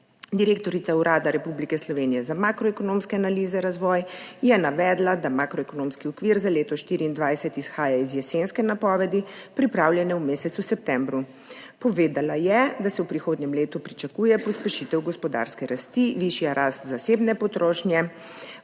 Direktorica Urada Republike Slovenije za makroekonomske analize in razvoj je navedla, da makroekonomski okvir za leto 2024 izhaja iz jesenske napovedi, pripravljene v mesecu septembru. Povedala je, da se v prihodnjem letu pričakujeta pospešitev gospodarske rasti, višja rast zasebne potrošnje,